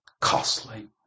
costly